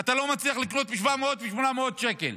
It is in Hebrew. אתה לא מצליח לקנות ב-700 שקל, ב-800 שקל.